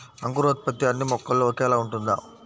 అంకురోత్పత్తి అన్నీ మొక్కల్లో ఒకేలా ఉంటుందా?